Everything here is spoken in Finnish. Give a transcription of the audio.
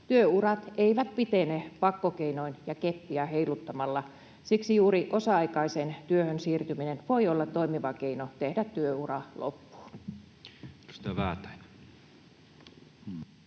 Työurat eivät pitene pakkokeinoin ja keppiä heiluttamalla, siksi juuri osa-aikaiseen työhön siirtyminen voi olla toimiva keino tehdä työura loppuun.